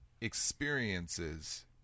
experiences